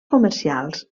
comercials